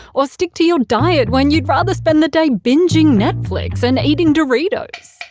or stick to your diet when you'd rather spend the day binging netflix and eating doritos.